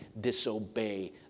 disobey